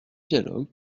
dialogue